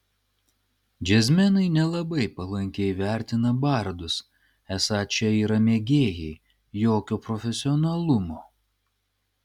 džiazmenai nelabai palankiai vertina bardus esą čia yra mėgėjai jokio profesionalumo